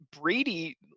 Brady